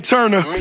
Turner